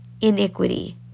iniquity